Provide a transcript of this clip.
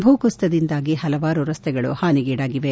ಭೂ ಕುಸಿತದಿಂದಾಗಿ ಹಲವಾರು ರಸ್ತೆಗಳು ಹಾನಿಗೀಡಾಗಿವೆ